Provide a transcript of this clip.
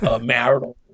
marital